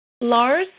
Lars